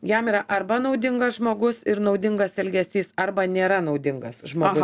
jam yra arba naudingas žmogus ir naudingas elgesys arba nėra naudingas žmogus